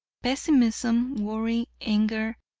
pessimism, worry, anger,